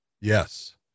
yes